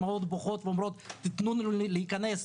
אימהות בוכות ואומרות 'תנו לנו להיכנס',